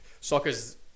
Soccer's